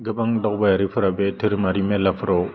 गोबां दावबायारिफोरा बे दोहोरोमारि मेलाफोराव